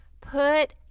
Put